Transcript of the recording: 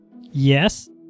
Yes